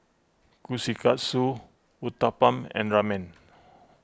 Kushikatsu Uthapam and Ramen